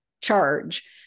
charge